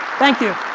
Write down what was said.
thank you.